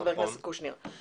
חבר הכנסת קושניר,